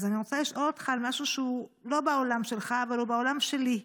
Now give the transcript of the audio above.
אז אני רוצה לשאול אותך על משהו שהוא לא בעולם שלך אבל הוא בעולם שלי.